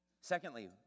Secondly